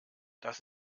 das